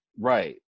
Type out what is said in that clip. Right